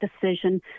decision